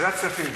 ועדת הכספים.